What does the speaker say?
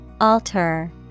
Alter